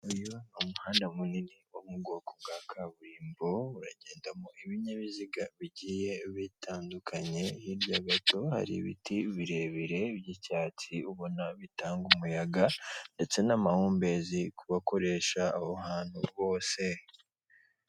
Uyu ni umuhanda munini wo mu bwoko bwa kaburimbo uragendamo ibinyabiziga bigiye bitandukanye, hirya gato hari ibiti birebire by'icyatsi ubona bitanga umuyaga ndetse n'amahumbezi ku bakoresha aho hantu bose.